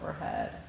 overhead